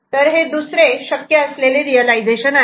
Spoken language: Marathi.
तर हे दुसरे शक्य असलेले रियलायझेशन आहे